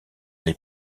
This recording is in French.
les